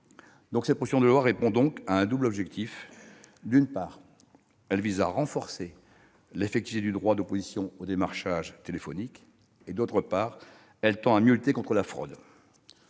ligne. Cette proposition de loi répond donc à un double objectif. D'une part, elle vise à renforcer l'effectivité du droit d'opposition au démarchage téléphonique ; d'autre part, elle tend à mieux lutter contre la fraude.